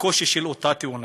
הקושי של אותה תאונה.